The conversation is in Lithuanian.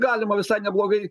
galima visai neblogai